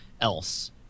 else